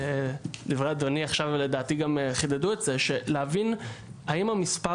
ודברי אדוני עכשיו לדעתי גם חידדו את זה להבין האם המספר